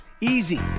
Easy